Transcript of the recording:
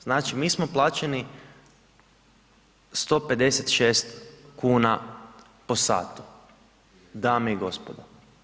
Znači mi smo plaćeni 156 kn po satu, dame i gospodo.